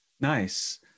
Nice